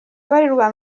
ibarirwa